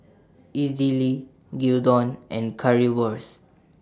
Idili Gyudon and Currywurst